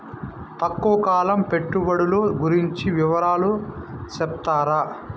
తక్కువ కాలం పెట్టుబడులు గురించి వివరాలు సెప్తారా?